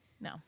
no